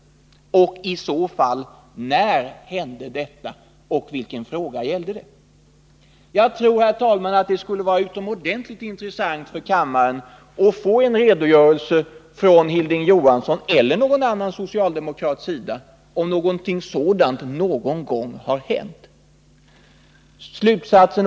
När hände i så fall detta och vilken fråga gällde det? Jag tror, herr talman, att det skulle vara utomordentligt intressant för kammaren att få en redogörelse från Hilding Johansson — eller från någon annan socialdemokrat — om någonting sådant 2 någonsin har hänt.